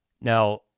Now